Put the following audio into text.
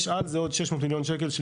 יש על זה עוד 600 מיליון שקל של